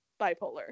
bipolar